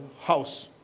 house